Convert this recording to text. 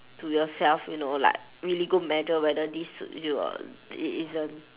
to yourself you know like really go measure whether this suits you or it isn't